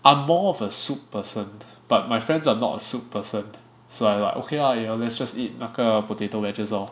I'm more of a soup person but my friends are not a soup person so I like okay lah y'all let's just eat 那个 potato wedges lor